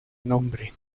nombre